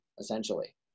essentially